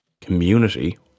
Community